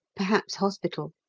perhaps hospital.